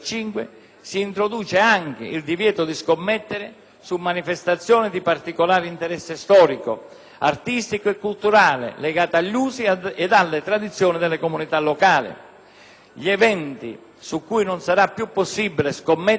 su manifestazioni di particolare interesse storico, artistico e culturale, legate agli usi e alle tradizioni delle comunità locali. Gli eventi su cui non sarà più possibile scommettere sono quelli organizzati dalle associazioni